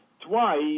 Twice